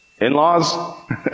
in-laws